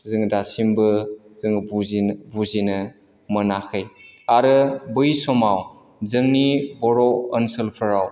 जोङो दासिमबो जोङो बुजिनो मोनाखै आरो बै समाव जोंनि बर' ओनसोलफोराव